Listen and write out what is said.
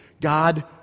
God